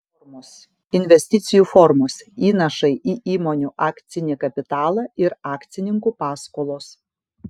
investicijų formos įnašai į įmonių akcinį kapitalą ir akcininkų paskolos